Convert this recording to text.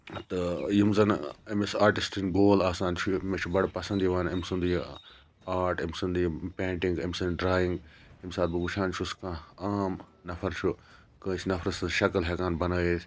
تہٕ یِم زَن أمِس آٹِسٹٕنۍ گول آسان چھِ مےٚ چھُ بَڑٕ پَسَنٛد یِوان امہ سُنٛد یہِ آرٹ امہ سُنٛد یہِ پینٛٹِنٛگ امہ سٕنٛد ڈرایِنٛگ یمہِ ساتہٕ بہٕ وٕچھان چھُس کانٛہہ عام نَفَر چھُ کٲنٛسہِ نَفرٕ سٕنٛز شکل ہیٚکان بَنٲیِتھ